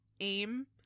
AIM